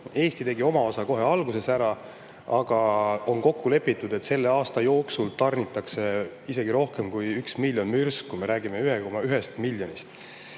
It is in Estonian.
Eesti tegi oma osa kohe alguses ära, aga on kokku lepitud, et selle aasta jooksul tarnitakse isegi rohkem kui 1 miljon mürsku, me räägime 1,1 miljonist.